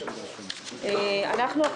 צוהריים טובים.